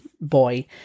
boy